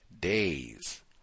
days